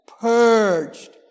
purged